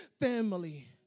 family